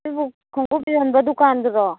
ꯁꯤꯕꯨ ꯈꯣꯡꯎꯞ ꯌꯣꯟꯕ ꯗꯨꯀꯥꯟꯗꯨꯔꯣ